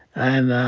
and